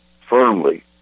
firmly